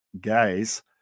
guys